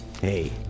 Hey